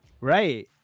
Right